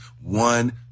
one